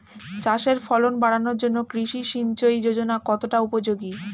চাষের ফলন বাড়ানোর জন্য কৃষি সিঞ্চয়ী যোজনা কতটা উপযোগী?